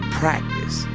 practice